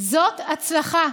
זאת הצלחה.